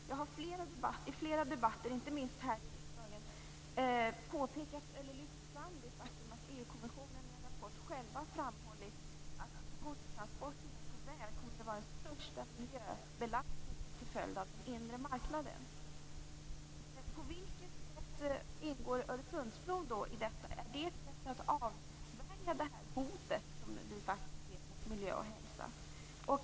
Jag har i flera debatter inte minst här i riksdagen lyft fram det faktum att EU-kommissionen i en rapport själv framhållit att godstransporterna på väg kommer att vara den största miljöbelastningen till följd av den inre marknaden. På vilket sätt ingår då Öresundsbron i detta? Är det ett sätt att avvärja det hot vi ser mot miljö och hälsa?